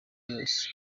yose